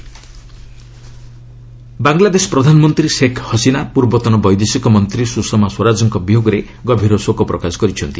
ଢାକା ସୁଷମା ବାଂଲାଦେଶ ପ୍ରଧାନମନ୍ତ୍ରୀ ଶେଖ୍ ହସିନା ପୂର୍ବତନ ବୈଦେଶିକ ମନ୍ତ୍ରୀ ସୁଷମା ସ୍ୱରାଜଙ୍କ ବିୟୋଗରେ ଗଭୀର ଶୋକ ପ୍ରକାଶ କରିଛନ୍ତି